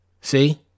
See